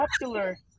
popular